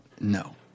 No